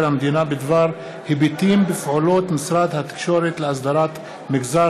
המדינה בדבר היבטים בפעולות משרד התקשורת לאסדרת מגזר